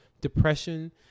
depression